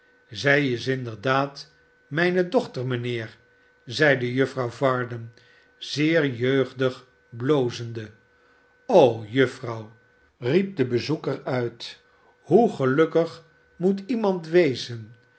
zij is inderdaad mijne dochter mijnheer zeide juffrouw varden zeer jeugdig blozende so juffrouw riep de bezoeker uit shoe gelukkig moet iemand wezen